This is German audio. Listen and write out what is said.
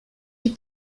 die